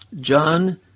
John